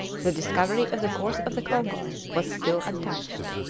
the discovery of the course of the congo, was still untouched.